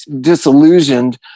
disillusioned